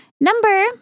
Number